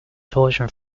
torsion